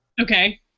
Okay